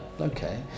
okay